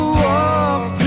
walk